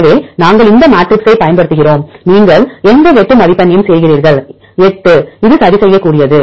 எனவே நாங்கள் இந்த மேட்ரிக்ஸைப் பயன்படுத்துகிறோம் நீங்கள் எந்த வெட்டு மதிப்பெண்ணையும் செய்கிறீர்கள் 8 இது சரிசெய்யக்கூடியது